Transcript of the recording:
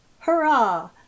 hurrah